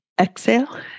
Exhale